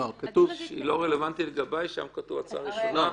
היא לא רלוונטית לגביי, שם כתוב קריאה ראשונה.